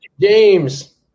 James